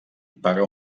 pagar